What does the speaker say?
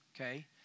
okay